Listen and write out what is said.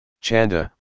Chanda